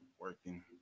working